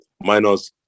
minus